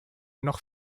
noch